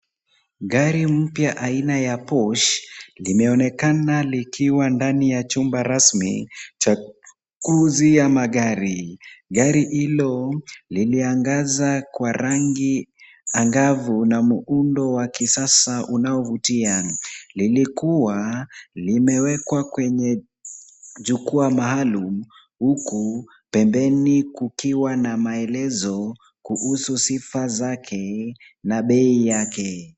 Gari mpya aina ya Porche limeonekana likiwa ndani ya chumba rasmi cha kuuzia magari. Gari hilo liliangaza kwa rangi angavu na muundo wa kisasa unaovutia. Lilikuwa limewekwa kwenye jukwaa maalum huku pembeni kukiwa na maelezo kuhusu sifa zake na bei yake.